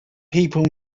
people